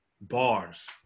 Bars